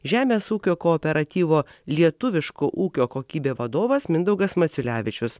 žemės ūkio kooperatyvo lietuviško ūkio kokybė vadovas mindaugas maciulevičius